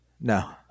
No